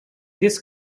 this